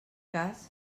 cas